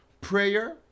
prayer